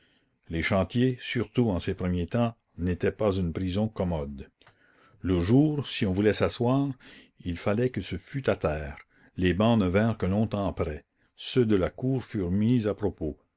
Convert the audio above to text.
les chantiers surtout en ces premiers temps n'étaient pas une prison commode le jour si on voulait s'asseoir il fallait que ce fût à terre les bancs ne vinrent que longtemps après ceux de la cour furent mis à propos